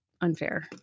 unfair